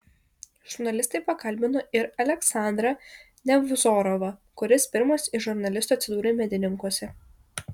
žurnalistai pakalbino ir aleksandrą nevzorovą kuris pirmas iš žurnalistų atsidūrė medininkuose